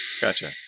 Gotcha